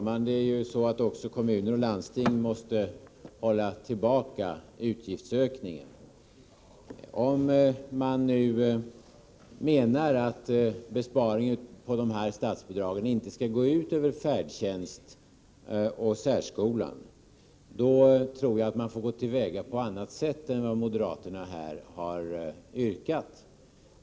Herr talman! Också kommuner och landsting måste hålla tillbaka utgiftsökningar. Om man nu menar att besparing på de här statsbidragen inte skall gå ut över färdtjänsten och särskolan, då tror jag att man får gå till väga på annat sätt än vad moderaterna här har yrkat.